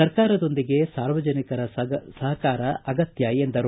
ಸರ್ಕಾರದೊಂದಿಗೆ ಸಾರ್ವಜನಿಕರ ಸಹಕಾರ ಅಗತ್ಯ ಎಂದರು